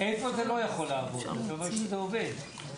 אתה אומר שזה עובד.